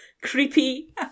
creepy